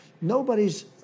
Nobody's